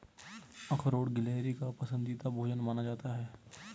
अखरोट गिलहरी का पसंदीदा भोजन माना जाता है